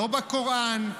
לא בקוראן,